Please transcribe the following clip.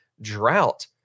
drought